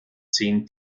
zehn